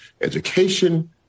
education